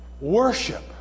Worship